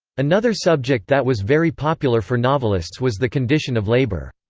another subject that was very popular for novelists was the condition of labor.